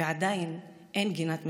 ועדיין אין גינת משחקים.